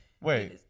Wait